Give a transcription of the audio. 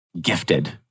gifted